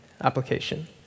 application